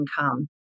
income